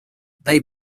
they